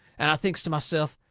and i thinks to myself,